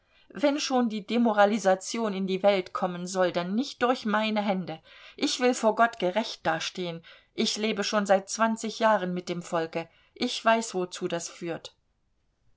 wenn schon die demoralisation in die welt kommen soll dann nicht durch meine hände ich will vor gott gerecht dastehen ich lebe schon seit zwanzig jahren mit dem volke ich weiß wozu das führt